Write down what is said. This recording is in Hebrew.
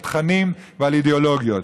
על תכנים ועל אידאולוגיות.